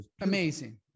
Amazing